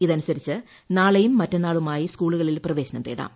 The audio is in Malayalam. ഇതനുസരിച്ച് നാളെയും മറ്റന്നാളുമായി സ്കൂളുകളിൽ പ്രവേശനം തേടാം